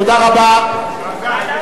תודה רבה.